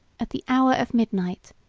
at the hour of midnight,